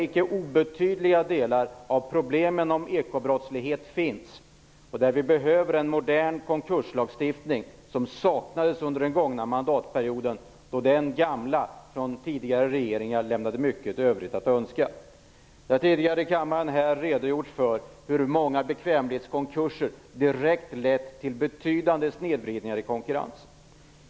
Icke obetydliga delar av problemen med ekobrottsligheten finns inom detta område. Vi behöver en modern konkurslagstiftning. Det saknades under den gångna mandatperioden. Den gamla lagstiftningen, från tidigare regeringar, lämnade mycket övrigt att önska. Jag har tidigare här i kammaren redogjort för hur många bekvämlighetskonkurser direkt har lett till betydande snedvridningar av konkurrensen.